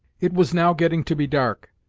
it was now getting to be dark,